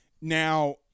Now –